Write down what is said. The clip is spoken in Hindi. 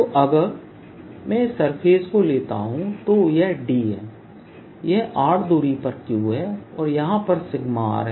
तो अगर मैं इस सरफेस को लेता हूं तो यह d है यह r दूरी पर q है और यहां पर है